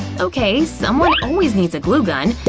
okay, someone always needs a glue gun.